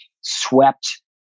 swept